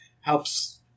helps